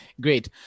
Great